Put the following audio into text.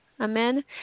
Amen